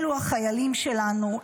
אלו החיילים שלנו,